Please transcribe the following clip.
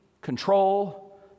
control